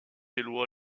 éloy